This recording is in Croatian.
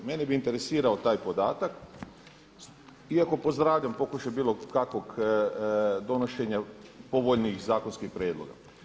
Mene bi interesirao taj podatak iako pozdravljam pokušaj bilo kakvog donošenja povoljnijih zakonskih prijedloga.